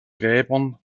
gräbern